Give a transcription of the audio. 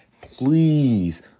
Please